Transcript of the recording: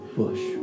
bush